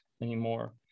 anymore